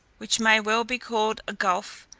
which may well be called a gulf,